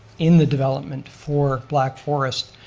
in the development for black forest,